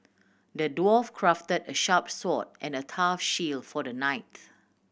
the dwarf crafted a sharp sword and a tough shield for the knights